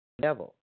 devil